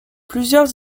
plusieurs